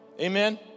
Amen